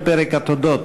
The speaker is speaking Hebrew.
לפרק התודות.